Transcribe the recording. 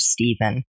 Stephen